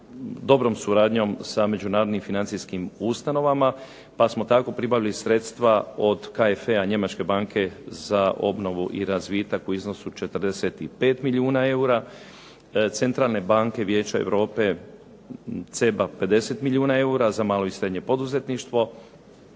dobrom suradnjom sa međunarodnim financijskim ustanovama, pa smo tako pribavili sredstva od KVF-a Njemačke banke za obnovu i razvitak u iznosu 45 milijuna eura, Centralne banke Vijeća Europe ECB-a 50 milijuna eura, za malo i srednje poduzetništvo.